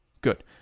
Good